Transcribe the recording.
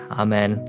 amen